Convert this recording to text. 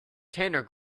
tanner